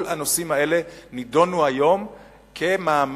כל הנושאים האלה נדונו היום כמאמץ